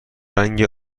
رنگ